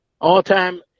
all-time